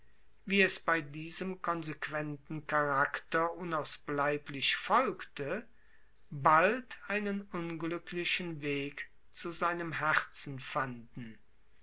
wie es bei diesem konsequenten charakter unausbleiblich folgte bald einen unglücklichen weg zu seinem herzen fanden